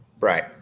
right